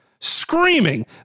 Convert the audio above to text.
screaming